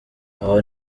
aho